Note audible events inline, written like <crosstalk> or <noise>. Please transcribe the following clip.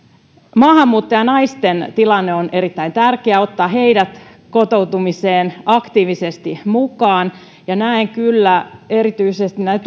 maahanmuuttajanaisten tilanne on erittäin tärkeää ottaa heidät kotoutumiseen aktiivisesti mukaan näen kyllä erityisesti näiden <unintelligible>